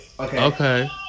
Okay